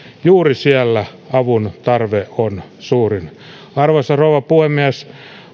juuri siellä avun tarve on suurin arvoisa rouva puhemies